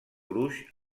gruix